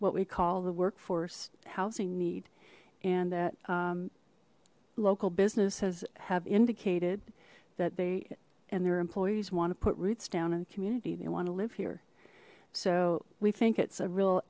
what we call the workforce housing need and that local business has have indicated that they and their employees want to put roots down in the community they want to live here so we think it's a real